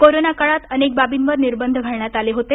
corona काळात अनेक बाबींवर निर्बंध घालण्यात आले होते